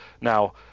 Now